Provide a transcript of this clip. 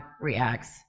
reacts